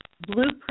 blueprint